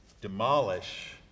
demolish